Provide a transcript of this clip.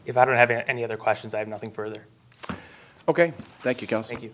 if i don't have any other questions i have nothing further ok thank you can thank you